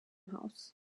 haus